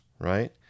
right